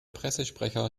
pressesprecher